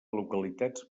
localitats